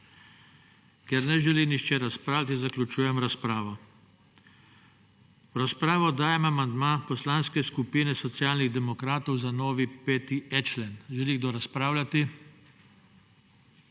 Ker ne želi nihče razpravljati, zaključujem razpravo. V razpravo dajem amandma Poslanske skupine Socialnih demokratov za novi 5.e člen. Želi kdo razpravljati?